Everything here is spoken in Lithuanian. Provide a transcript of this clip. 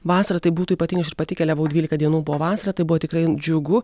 vasarą tai būtų ypatinga aš ir pati keliavau dvylika dienų buvo vasara tai buvo tikrai džiugu